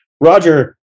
roger